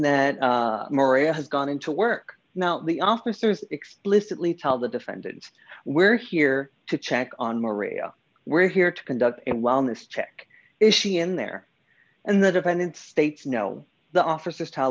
that maria has gone into work now the officers explicitly tell the defendants we're here to check on maria we're here to conduct a wellness check is she in there and the defendant states no the officers tell